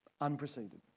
unprecedented